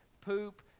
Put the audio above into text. poop